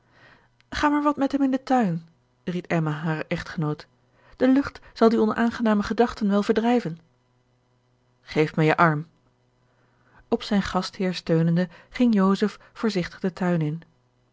ga maar wat met hem in den tuin ried emma haren echtgenoot de lucht zal die onaangename gedachten wel verdrijven geef mij je arm op zijn gastheer steunende ging joseph voorzigtig den tuin in